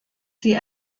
sie